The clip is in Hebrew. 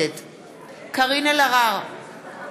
(קוראת בשמות חברי הכנסת)